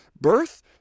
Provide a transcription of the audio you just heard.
birth